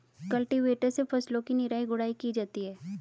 cultivator से फसलों की निराई गुड़ाई की जाती है